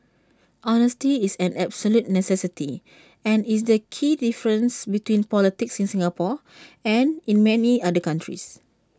honesty is an absolute necessity and is the key difference between politics in Singapore and in many other countries